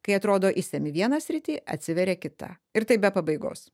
kai atrodo išsemi vieną sritį atsiveria kita ir taip be pabaigos